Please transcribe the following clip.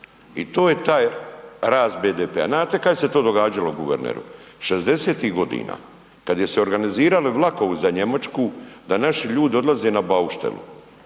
i to je taj rast BDP-a. Znate kad se to događalo guverneru? '60.-tih godina kad je se organizirali vlakovi za Njemačku da naši ljudi odlaze na bauštelu,